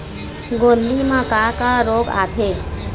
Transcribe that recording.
गोंदली म का का रोग आथे?